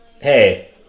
hey